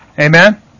Amen